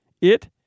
It